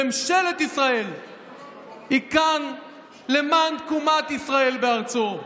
ממשלת ישראל כאן למען תקומת ישראל בארצו.